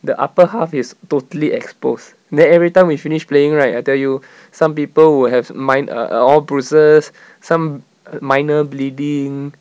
the upper half is totally exposed then every time we finished playing right I tell you some people will have min~ err err all bruises some minor bleeding